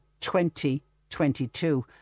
2022